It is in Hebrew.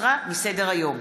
הוסרה מסדר-היום.